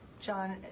John